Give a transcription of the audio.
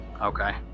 okay